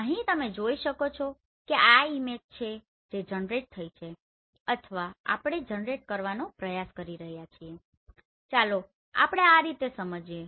અહીં તમે જોઈ શકો છો કે આ તે ઈમેજ છે જે જનરેટ થઈ છે અથવા આપણે જનરેટ કરવાનો પ્રયાસ કરી રહ્યા છીએ ચાલો આપણે આ રીતે સમજીએ